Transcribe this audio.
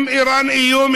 אם איראן היא איום,